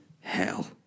Hell